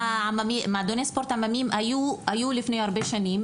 מועדוני הספורט העממיים היו לפני הרבה שנים